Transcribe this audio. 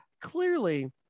clearly